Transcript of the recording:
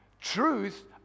Truth